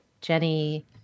Jenny